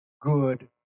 good